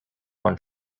one